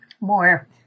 more